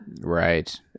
Right